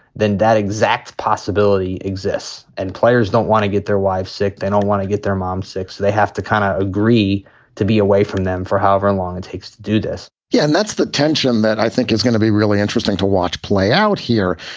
then that exact. stability exists and players don't want to get their wife sick. they don't want to get their mom six. they have to kind of agree to be away from them for however and long it takes to do this yeah, and that's the tension that i think is gonna be really interesting to watch play out here.